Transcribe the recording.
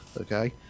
okay